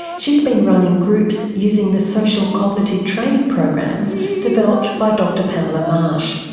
she's been running groups using the social cognitive training programs developed by dr pamela marsh.